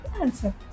answer